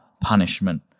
punishment